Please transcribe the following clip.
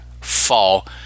fall